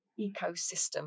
ecosystem